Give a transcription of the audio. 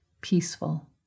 peaceful